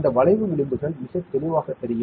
இந்த வளைவு விளிம்புகள் மிகத் தெளிவாகத் தெரியும்